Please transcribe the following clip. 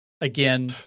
Again